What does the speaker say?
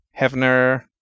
Hefner